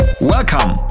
Welcome